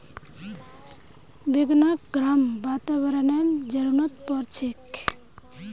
बैगनक गर्म वातावरनेर जरुरत पोर छेक